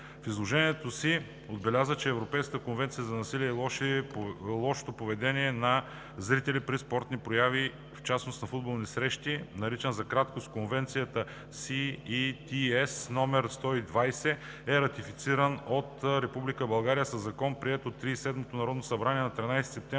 В изложението си отбеляза, че Европейската конвенция за насилието и лошото поведение на зрители при спортни прояви и в частност на футболни срещи, наричана за краткост „Конвенция CETS № 120“, е ратифицирана от Република България със закон, приет от 37-ото Народно събрание на 13 септември